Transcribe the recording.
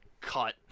cut